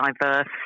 diverse